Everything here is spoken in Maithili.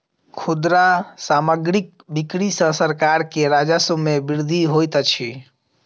खुदरा सामग्रीक बिक्री सॅ सरकार के राजस्व मे वृद्धि होइत अछि